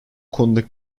konudaki